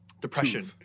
depression